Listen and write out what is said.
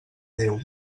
déu